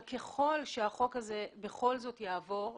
אבל ככל שהחוק הזה בכל זאת יעבור,